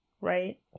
right